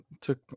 took